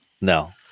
no